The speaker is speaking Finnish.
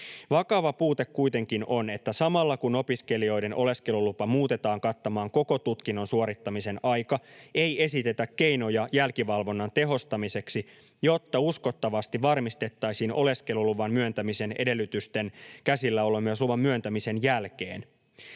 Vakava puute kuitenkin on, että samalla kun opiskelijoiden oleskelulupa muutetaan kattamaan koko tutkinnon suorittamisen aika, ei esitetä keinoja jälkivalvonnan tehostamiseksi, jotta uskottavasti varmistettaisiin oleskeluluvan myöntämisen edellytysten käsilläolo myös luvan myöntämisen jälkeen.